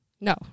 No